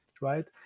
right